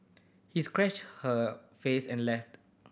he scratched her face and left